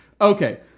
Okay